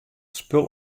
spul